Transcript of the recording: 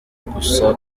gusa